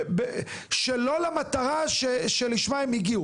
שלא למטרה שלשמה הם הגיעו,